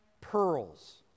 pearls